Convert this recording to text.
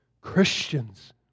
Christians